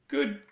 Good